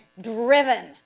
driven